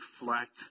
reflect